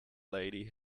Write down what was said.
lady